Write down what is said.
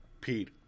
Pete